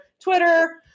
twitter